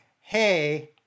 hey